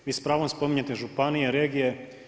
Vi s pravom spominjete županije, regije.